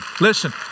Listen